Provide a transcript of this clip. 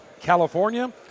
California